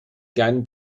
kleinen